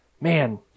man